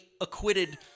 acquitted